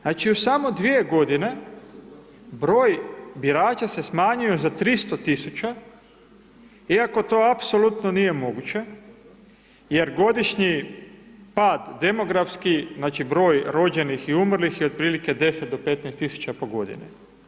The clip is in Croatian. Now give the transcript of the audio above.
Znači u samo dvije godine broj birača se smanjio za 300 tisuća, iako to apsolutno nije moguće jer godišnji pad demografski, znači broj rođenih i umrlih je otprilike 10-15 tisuća po godini.